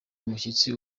umushyitsi